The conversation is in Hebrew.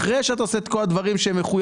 אחרי שאתה עושה את כל הדברים שמחויבים,